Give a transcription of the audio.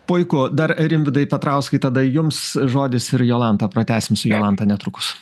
puiku dar rimvydai petrauskai tada jums žodis ir jolanta pratęsim su jolanta netrukus